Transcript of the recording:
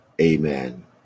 Amen